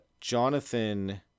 Jonathan